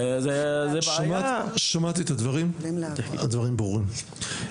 שמעתי את הדברים, הדברים ברורים.